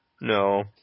No